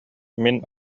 мин